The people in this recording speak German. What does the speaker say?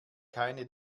keine